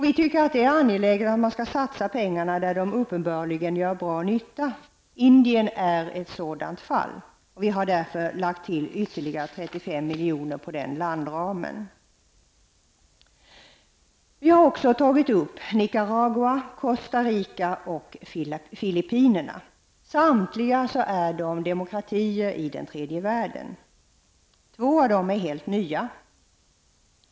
Vi tycker att det är angeläget att satsa pengarna där de uppenbarligen är till stor nytta. Indien är ett exempel i det avseendet. Vi har därför lagt till ytterligare 35 miljoner beträffande den landramen. Vi har även tagit upp Nicaragua, Costa Rica och Filippinerna. Samtliga dessa är demokratier i tredje världen. Två av dem är helt nya.